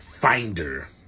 finder